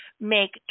make